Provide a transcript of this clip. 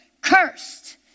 Cursed